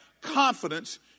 confidence